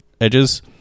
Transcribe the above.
edges